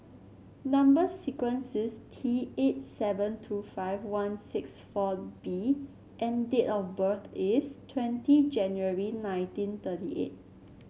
number sequence is T eight seven two five one six four B and date of birth is twenty January nineteen thirty eight